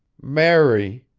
mary,